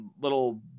little